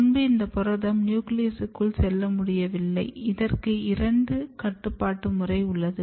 முன்பு இந்த புரதம் நியூக்ளியஸ்க்குள் செல்ல முடியவில்லை இதற்கு இரண்டு கட்டுபாட்டுமுறை உள்ளது